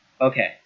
Okay